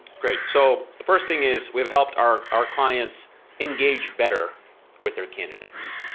great, so the first thing is we've helped our our clients engage better with their candidates.